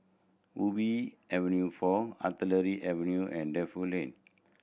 Ubi Avenue Four Artillery Avenue and Defu Lane